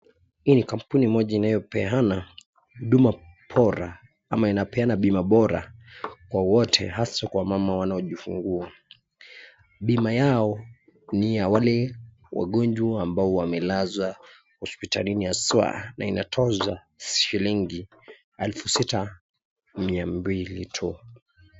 Hii ni kampuni moja ambayo napeana huduma bora au inapeana bima bora kwa wote haswa kwa mama wanaojifungua. Bima yao ni ya wale wagonjwa ambao wamelazwa hospitalini haswa, na inatozwa elfu sita mia mbili tu.